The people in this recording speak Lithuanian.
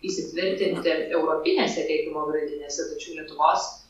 įsitvirtinti europinėse tiekimo grandinėse tačiau lietuvos